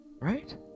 Right